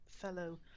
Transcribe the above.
fellow